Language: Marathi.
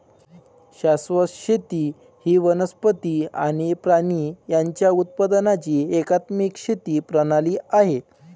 शाश्वत शेती ही वनस्पती आणि प्राणी यांच्या उत्पादनाची एकात्मिक शेती प्रणाली आहे